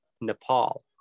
nepal